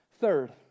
Third